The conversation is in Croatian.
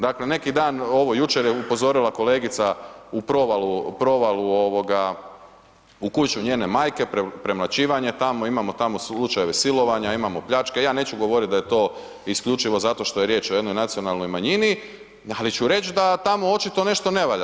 Dakle, neki dan, jučer je upozorila kolegica u provalu u kuću njene majke, premlaćivanje tamo, imamo tamo slučajeve silovanja, imamo pljačke, ja neću govoriti da je to isključivo zato što je riječ o jednoj nacionalnoj manjini, ali ću reć da tamo očito nešto ne valja.